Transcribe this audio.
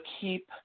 keep